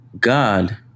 God